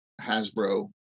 Hasbro